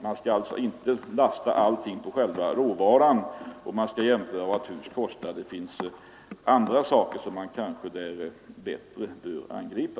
Man skall alltså inte lasta allting på själva råvaran, när man skall jämföra huspriserna. Det finns andra saker som man kanske snarare bör angripa.